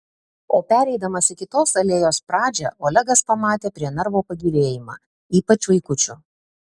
o pereidamas į kitos alėjos pradžią olegas pamatė prie narvo pagyvėjimą ypač vaikučių